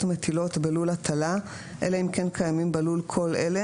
מטילות בלול הטלה אלא אם כן קיימים בלול כל אלה,